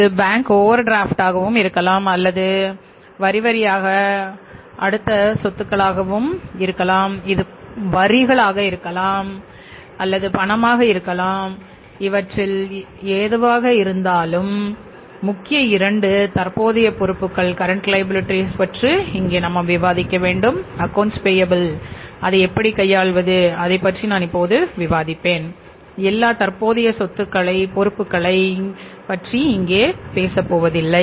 இது வங்கி மேல்வரை பற்றாக பேங்க் ஓவர் ட்ராப்ட்டாக பற்றி இங்கே கூறப்போவதில்லை